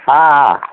ହଁ